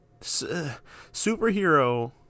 Superhero